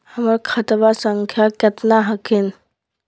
हमर खतवा संख्या केतना हखिन?